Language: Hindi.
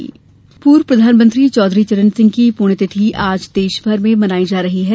पुण्यतिथि पूर्व प्रधानमंत्री चौधरी चरण सिंह की प्ण्यतिथि आज देशभर में मनाई जा रही है